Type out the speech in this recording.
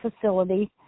Facility